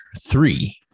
three